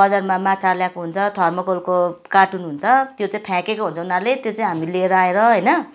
बजारमा माछा त्याएको हुन्छ थर्मकोलको कार्टुन हुन्छ त्यो चाहिँ फ्याँकेको हुन्छ उनीहरूले त्यो चाहिँ हामीले लिएर आएर होइन